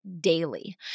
daily